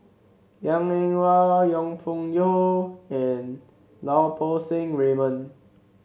Liang Eng Hwa Yong Pung How and Lau Poo Seng Raymond